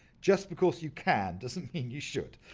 just because you can, doesn't mean you should.